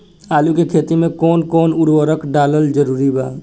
आलू के खेती मे कौन कौन उर्वरक डालल जरूरी बा?